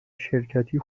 شرکتی